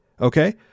okay